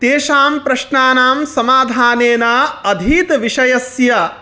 तेषां प्रश्नानां समाधानेन अधीतविषयस्य